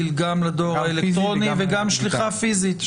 גם לדואר האלקטרוני וגם שליחה פיזית.